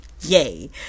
Yay